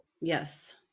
Yes